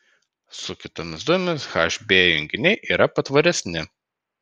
su kitomis dujomis hb junginiai yra patvaresni